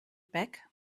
back